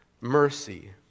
mercy